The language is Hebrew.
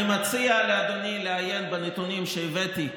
אני מציע לאדוני לעיין בנתונים שהבאתי כאן.